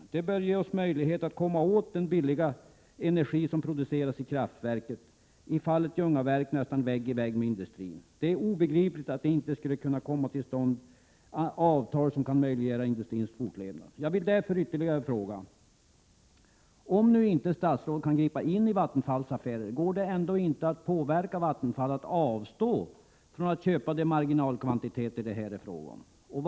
Det innebär att vi borde ges möjlighet att komma åt den billiga energi som produceras i kraftverken — i fallet Ljungaverk nästan vägg i vägg med industrin. Det är obegripligt att det inte skulle kunna komma till stånd avtal som kan möjliggöra industrins fortlevnad. Jag vill därför ställa ytterligare ett par frågor: Om nu statsrådet inte kan gripa in i Vattenfalls affärer, går det ändå inte att påverka Vattenfall att avstå från att köpa de marginella kvantiteter som det här är fråga om?